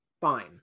fine